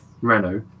Renault